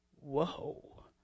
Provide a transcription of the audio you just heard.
whoa